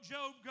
Job